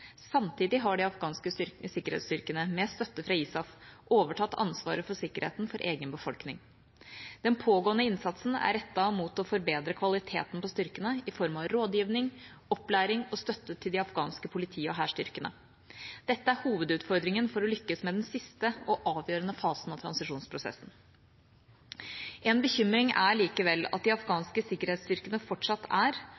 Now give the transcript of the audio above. Samtidig har de afghanske sikkerhetsstyrkene, med støtte fra ISAF, overtatt ansvaret for sikkerheten for egen befolkning. Den pågående innsatsen er rettet mot å forbedre kvaliteten på styrkene i form av rådgivning, opplæring og støtte til de afghanske politi- og hærstyrkene. Dette er hovedutfordringen for å lykkes med den siste og avgjørende fasen av transisjonsprosessen. En bekymring er likevel at de